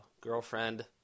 girlfriend